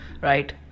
right